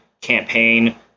campaign